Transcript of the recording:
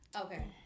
Okay